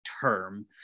term